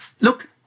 look